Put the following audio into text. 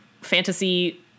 fantasy